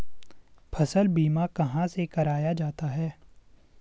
फसल बीमा कहाँ से कराया जाता है?